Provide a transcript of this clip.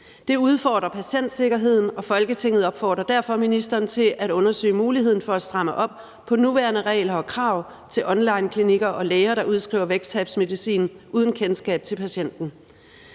Det udfordrer patientsikkerheden, og Folketinget opfordrer derfor ministeren til at undersøge mulighederne for at stramme op på nuværende regler og krav til onlineklinikker og læger, der udskriver vægttabsmedicin uden kendskab til patienten.